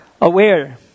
aware